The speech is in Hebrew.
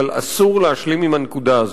אבל אסור להשלים עם הנקודה הזו.